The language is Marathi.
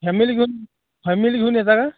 फॅमिली घेऊन फॅमिली घेऊन येता का